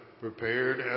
prepared